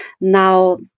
Now